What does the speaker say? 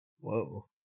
Whoa